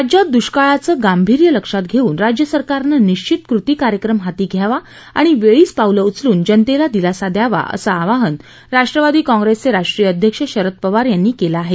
राज्यात दुष्काळाचं गांभिर्य लक्षात घेऊन राज्य सरकारनं निश्वित कृती कार्यक्रम हाती घ्यावा आणि वेळीच पावलं उचलून जनतेला दिलासा द्यावा असं आवाहन राष्ट्रवादी काँग्रेसचे राष्ट्रीय अध्यक्ष शरद पवार यांनी केलं आहे